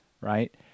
right